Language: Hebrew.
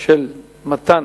למתן